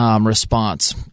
response